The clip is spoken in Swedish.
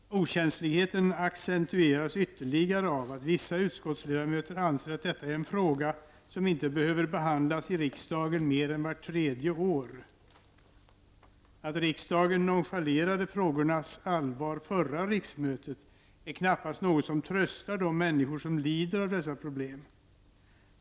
Okänsligheten accentueras ytterligare av att vissa utskottsledamöter anser att detta är en fråga som inte behöver behandlas i riksdagen mer än vart tredje år. Att riksdagen nonchalerade dessa frågors allvar förra riksmötet är knappast något som tröstar de människor som lider på grund av dessa problem.